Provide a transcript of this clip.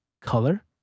color